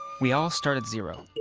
we all start at zero.